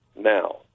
now